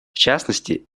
частности